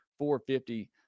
450